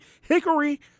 Hickory